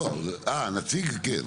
אה, נציג, כן.